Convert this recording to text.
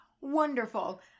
wonderful